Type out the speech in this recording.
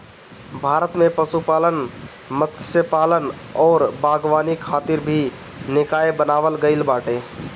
भारत में पशुपालन, मत्स्यपालन अउरी बागवानी खातिर भी निकाय बनावल गईल बाटे